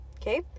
Okay